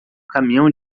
caminhão